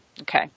Okay